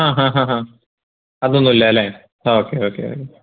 ആ ആ ആ ആ അതൊന്നും ഇല്ലാല്ലേ ഓക്കെ ഓക്കെ ഓ